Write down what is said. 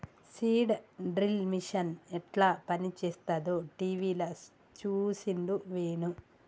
seed drill machine యెట్ల పనిచేస్తదో టీవీల చూసిండు వేణు